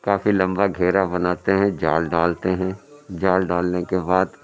کافی لمبا گھیرا بناتے ہیں جال ڈالتے ہیں جال ڈالنے کے بعد